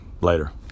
later